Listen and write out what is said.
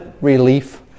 relief